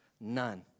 None